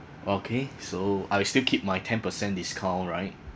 okay so I'll still keep my ten percent discount right